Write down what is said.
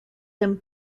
him